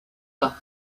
pas